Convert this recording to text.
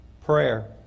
prayer